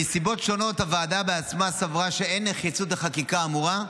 מסיבות שונות הוועדה עצמה סברה שאין נחיצות בחקיקה האמורה.